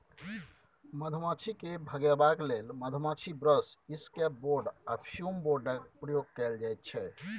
मधुमाछी केँ भगेबाक लेल मधुमाछी ब्रश, इसकैप बोर्ड आ फ्युम बोर्डक प्रयोग कएल जाइत छै